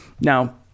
Now